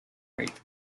rape